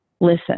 listen